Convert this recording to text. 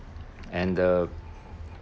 and then